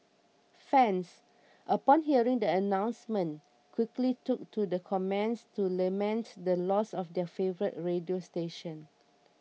fans upon hearing the announcement quickly took to the comments to laments the loss of their favourite radio station